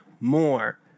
more